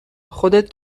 خودت